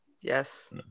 yes